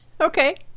Okay